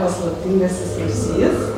paslaptingasis rūsys